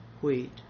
wheat